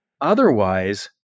otherwise